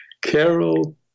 Carol